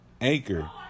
Anchor